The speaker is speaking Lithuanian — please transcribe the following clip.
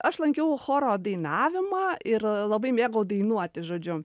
aš lankiau choro dainavimą ir labai mėgau dainuoti žodžiu